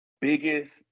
biggest